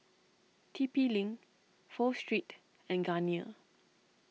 T P Link Pho Street and Garnier